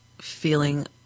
feeling